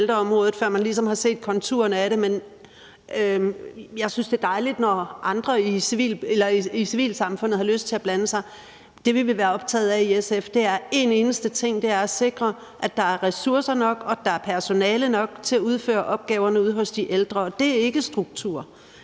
det er dejligt, når andre i civilsamfundet har lyst til at blande sig. Det, vi vil være optaget af i SF, er en eneste ting, og det er at sikre, at der er ressourcer nok, og at der er personale nok til at udføre opgaverne ude hos de ældre. Og det er ikke struktur;